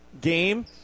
game